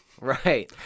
Right